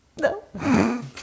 No